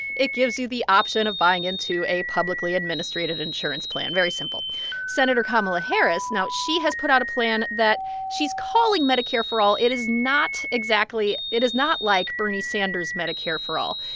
it gives you the option of buying into a publicly administrated insurance plan very simple senator kamala harris now, she has put out a plan that she's calling medicare for all. it is not exactly it is not like bernie sanders' medicare for all.